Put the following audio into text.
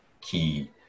key